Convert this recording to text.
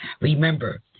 Remember